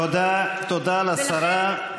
תודה לשרה.